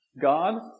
God